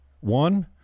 One